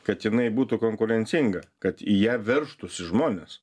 kad jinai būtų konkurencinga kad į ją veržtųsi žmonės